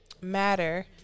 matter